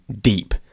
deep